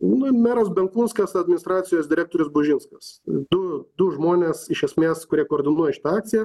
nu meras benkunskas administracijos direktorius bužinskas du du žmonės iš esmės kurie koordinuoja šitą akciją